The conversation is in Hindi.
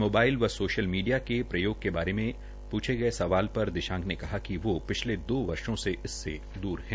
मोबाइल व सोशल मीडिया के प्रयोग के बारे में पूछे सवाल पर दिशांक ने कहा कि वो पिछले दो वर्षो से इससे द्र है